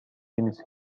تنس